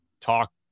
talk